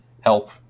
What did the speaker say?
help